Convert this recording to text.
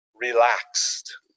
relaxed